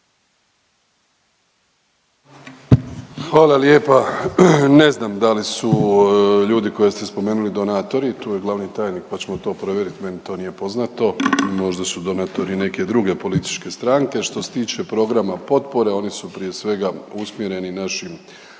Hvala lijepa. Ne znam da li su ljudi koje ste spomenuli donatori, tu je glavni tajnik pa ćemo to provjerit, meni to nije poznato. Možda su donatori neke druge političke stranke. Što se tiče programa potpore, oni su prije svega usmjereni našim